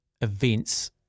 events